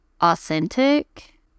authentic